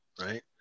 right